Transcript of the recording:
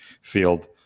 field